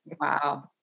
Wow